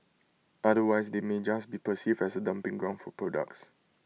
otherwise they may just be perceived as A dumping ground for products